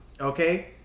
okay